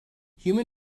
human